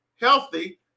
healthy